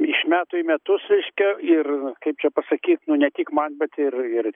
iš metų į metus reiškia ir kaip čia pasakyt nu ne tik man bet ir ir